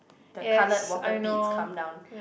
the coloured water beads come down